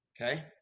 okay